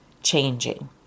changing